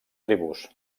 tribus